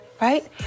Right